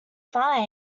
fine